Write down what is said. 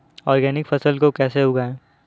Organic फसल को कैसे उगाएँ?